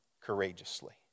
courageously